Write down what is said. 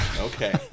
Okay